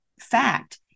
fact